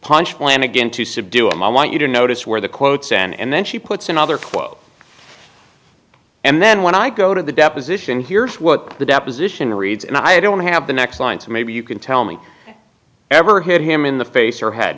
punch plan again to subdue him i want you to notice where the quotes and then she puts another quote and then when i go to the deposition here's what the deposition reads and i don't have the next line to maybe you can tell me ever hit him in the face or head